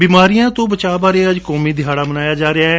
ਬੀਮਾਰੀਆਂ ਤੋਂ ਬਚਾਅ ਬਾਰੇ ਅੱਜ ਕੌਮੀ ਦਿਹਾਤਾ ਮਨਾਇਆ ਜਾ ਰਿਹੈ